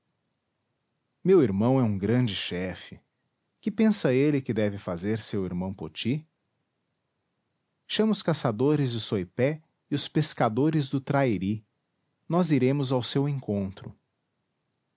meu irmão é um grande chefe que pensa ele que deve fazer seu irmão poti chama os caçadores de soipé e os pescadores do trairi nós iremos ao seu encontro